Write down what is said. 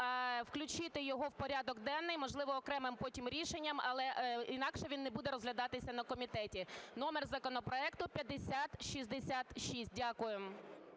включити його в порядок денний, можливо, окремим потім рішенням, але інакше він не буде розглядатися на комітеті. Номер законопроекту 5066. Дякую.